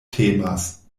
temas